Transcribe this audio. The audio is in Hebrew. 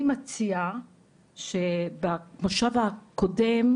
אני מציעה שבשלב הקודם,